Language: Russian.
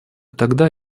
тогда